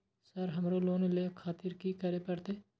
Sir हमरो loan ले खातिर की करें परतें?